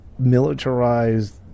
militarized